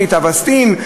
למשל "אווסטין",